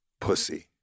pussy